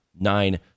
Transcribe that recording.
nine